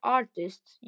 artists